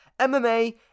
MMA